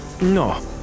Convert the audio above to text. No